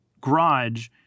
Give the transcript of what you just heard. garage